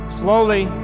slowly